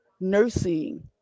nursing